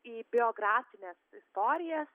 į biografines istorijas